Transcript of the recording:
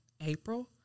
April